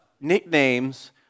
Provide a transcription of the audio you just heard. nicknames